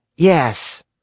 Yes